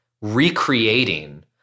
recreating